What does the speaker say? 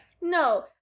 No